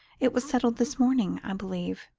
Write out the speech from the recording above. it was settled this morning, i believe.